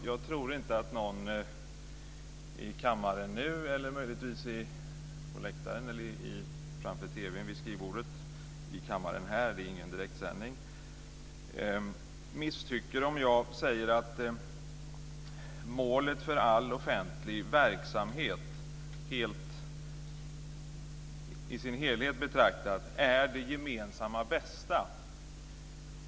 Jag tror inte att någon i kammaren, på läktaren eller framför TV:n vid skrivbordet misstycker om jag säger att målet för all offentlig verksamhet i sin helhet betraktat är det gemensamma bästa.